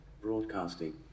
Broadcasting